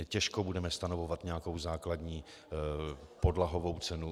Těžko budeme stanovovat nějakou základní podlahovou cenu.